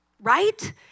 right